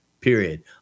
period